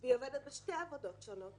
היא עובדת בשתי עבודות שונות